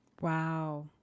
Wow